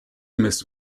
miss